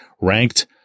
ranked